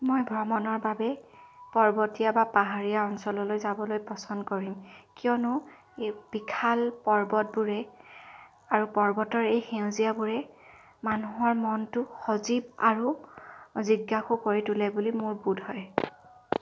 মই ভ্ৰমণৰ বাবে পৰ্বতীয়া বা পাহাৰীয়া অঞ্চললৈ যাবলৈ পচন্দ কৰিম কিয়নো এই বিশাল পৰ্বতবোৰে আৰু পৰ্বতৰ এই সেইউজীয়াবোৰে মানুহৰ মনটো সজীৱ আৰু জিজ্ঞাসু কৰি তোলে বুলি মোৰ বোধ হয়